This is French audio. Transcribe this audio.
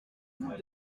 vous